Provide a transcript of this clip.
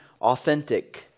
authentic